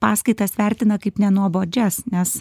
paskaitas vertina kaip nenuobodžias nes